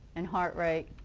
and heart rate.